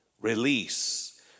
release